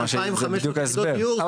זה בדיוק ההסבר,